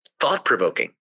thought-provoking